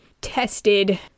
tested